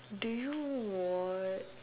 do you watch